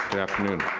afternoon.